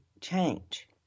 change